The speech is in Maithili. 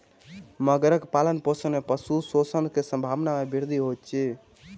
मगरक पालनपोषण में पशु शोषण के संभावना में वृद्धि होइत अछि